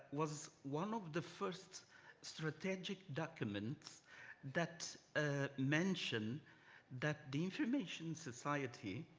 was one of the first strategic documents that ah mention that the information society